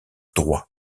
droit